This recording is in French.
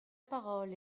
parole